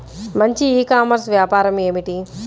మంచి e commerce వ్యాపారం ఏమిటీ?